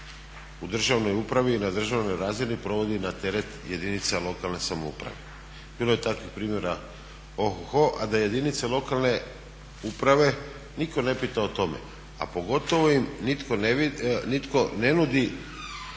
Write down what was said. u državnoj upravi i na državnoj razini provodi na teret jedinica lokalne samouprave. Bilo je takvih primjera oho, ho a da jedinice lokalne uprave niko ne pita o tome, a pogotovo im nitko ne nudi